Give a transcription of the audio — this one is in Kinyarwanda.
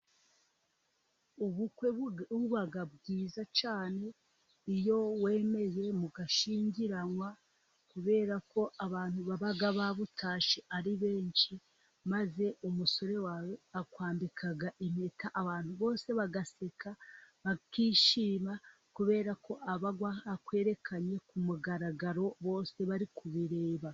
Ubukwe buba bwiza cyane, iyo wemeye mugashyingiranwa kubera ko abantu baba ba butashye ari benshi, maze umusore wawe akwambika impeta abantu bose bagaseka bakishima, kubera ko aba akwerekanye ku mugaragaro bose bari kubireba.